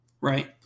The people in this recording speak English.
Right